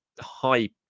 high